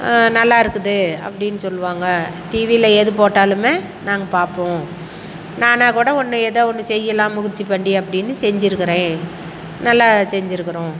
நல்லா இருக்குது அப்படின்னு சொல்லுவாங்க டிவியில் எது போட்டாலுமே நாங்கள் பார்ப்போம் நானாக கூட ஒன்று ஏதோ ஒன்று செய்யலாம் முயற்சி பண்ணி அப்படின்னு செஞ்சிருக்கிறேன் நல்லா செஞ்சிருக்கிறோம்